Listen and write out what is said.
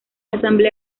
asamblea